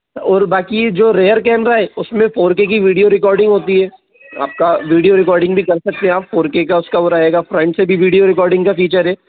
और बाकि जो रेयर कैमरा है उसमे फोर के की वीडियो रिकॉर्डिंग होती है आपका वीडियो रिकॉर्डिंग भी कर सकते हैं आप फोर के का उसका वो रहेगा फ्रंट से भी वीडियो रिकॉर्डिंग का फीचर है